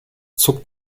zuckt